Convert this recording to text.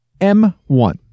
M1